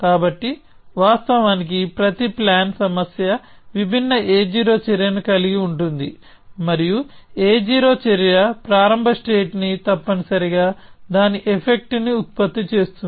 కాబట్టి వాస్తవానికి ప్రతి ప్లాన్ సమస్య విభిన్న A0 చర్యను కలిగి ఉంటుంది మరియు A0 చర్య ప్రారంభ స్టేట్ ని తప్పనిసరిగా దాని ఎఫెక్ట్ ని ఉత్పత్తి చేస్తుంది